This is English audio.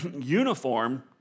uniform